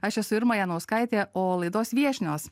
aš esu irma janauskaitė o laidos viešnios